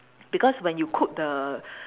because when you cook the